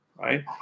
right